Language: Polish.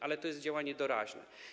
Ale to jest działanie doraźne.